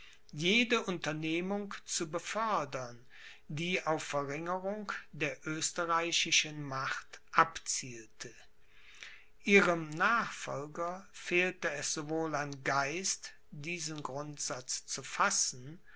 jede unternehmung zu befördern die auf verringerung der österreichischen macht abzielte ihrem nachfolger fehlte es sowohl an geist diesen grundsatz zu fassen